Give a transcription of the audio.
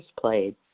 played